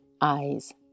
eyes